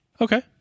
Okay